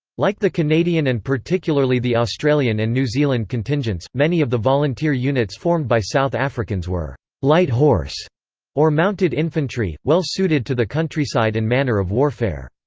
like the canadian and particularly the australian and new zealand contingents, many of the volunteer units formed by south africans were light horse or mounted infantry, well suited to the countryside and manner of warfare.